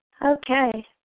Okay